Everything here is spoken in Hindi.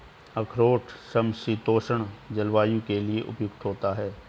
अखरोट समशीतोष्ण जलवायु के लिए उपयुक्त होता है